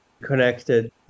connected